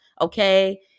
Okay